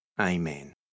Amen